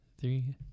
three